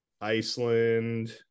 iceland